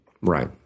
Right